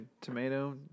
Tomato